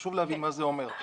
חשוב להבין מה זה אומר.